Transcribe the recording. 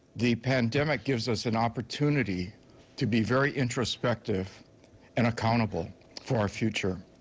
the pandemic gives us an opportunity to be very introspective and accountable for our future.